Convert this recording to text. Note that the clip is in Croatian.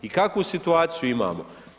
I kakvu situaciju imamo?